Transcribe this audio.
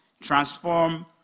transform